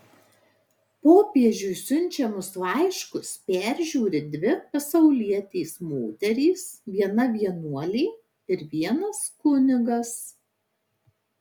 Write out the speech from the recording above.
popiežiui siunčiamus laiškus peržiūri dvi pasaulietės moterys viena vienuolė ir vienas kunigas